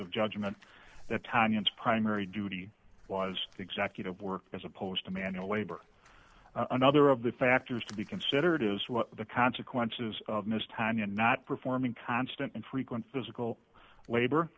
of judgment that time its primary duty was executive work as opposed to manual labor another of the factors to be considered is what the consequences of missed time and not performing constant infrequent physical labor